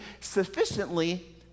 sufficiently